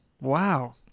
Wow